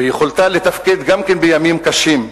ויכולתה לתפקד גם בימים קשים.